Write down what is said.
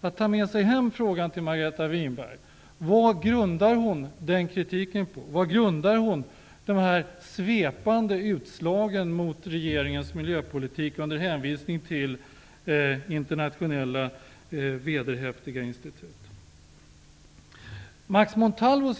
att ta den här frågan med sig till Margareta Winberg: Vad grundar hon sin kritik och sina svepande anslag mot regeringens miljöpolitik på -- detta med hänvisning till internationella vederhäftiga insititut? Herr talman!